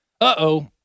Uh-oh